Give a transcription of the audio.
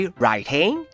writing